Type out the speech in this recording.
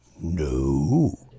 No